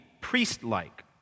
priest-like